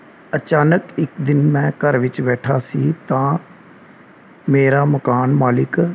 ਅਚਾਨਕ ਇੱਕ ਦਿਨ ਮੈਂ ਘਰ ਵਿੱਚ ਬੈਠਾ ਸੀ ਤਾਂ ਮੇਰਾ ਮਕਾਨ ਮਾਲਕ